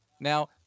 Now